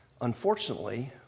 unfortunately